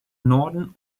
norden